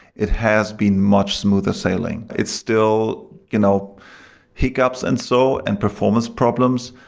it has been much smoother sailing. it's still you know hiccups and so and performance problems,